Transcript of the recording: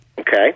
Okay